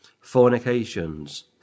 Fornications